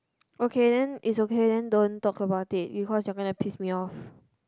okay then it's okay then don't talk about it because you're gonna piss me off